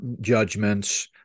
judgments